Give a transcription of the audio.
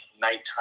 nighttime